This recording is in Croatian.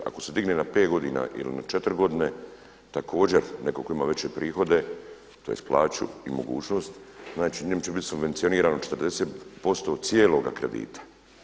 Ako se digne na 5 godina ili na 4 godine također netko tko ima veće prihode, tj. plaću i mogućnost znači njemu će biti subvencionirano 40% cijeloga kredita.